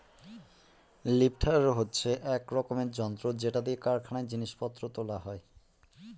lifter হচ্ছে এক রকমের যন্ত্র যেটা দিয়ে কারখানায় জিনিস পত্র তোলা হয়